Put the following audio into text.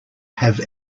have